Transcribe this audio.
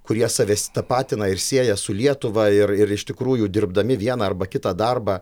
kurie save tapatina ir sieja su lietuva ir ir iš tikrųjų dirbdami vieną arba kitą darbą